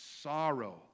sorrow